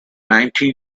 nineteen